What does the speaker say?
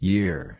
Year